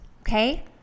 Okay